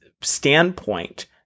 standpoint